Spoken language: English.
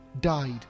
died